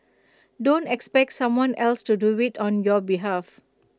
don't expect someone else to do IT on your behalf